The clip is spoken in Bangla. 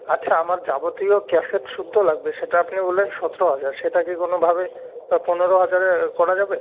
আচ্ছা আমার যাবতীয় ক্যাসেট সুদ্ধ লাগবে সেটা আপনি বললেন সতেরো হাজার সেটা কি কোনোভাবে পনেরো হাজারে করা যাবে